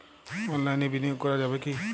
অনলাইনে বিনিয়োগ করা যাবে কি?